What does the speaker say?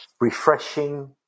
refreshing